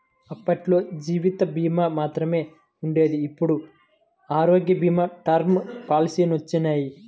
అప్పట్లో జీవిత భీమా మాత్రమే ఉండేది ఇప్పుడు ఆరోగ్య భీమా, టర్మ్ పాలసీలొచ్చినియ్యి